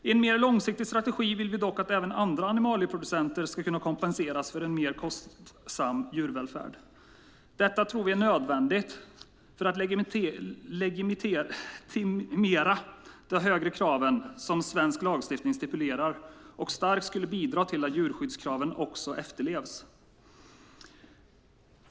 I en mer långsiktig strategi vill vi dock att även andra animalieproducenter ska kunna kompenseras för en mer kostsam djurvälfärd. Detta tror vi är nödvändigt för att legitimera de högre krav som svensk lagstiftning stipulerar, och vi tror att det starkt skulle bidra till att djurskyddskraven också efterlevs.